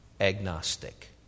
agnostic